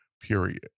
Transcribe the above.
Period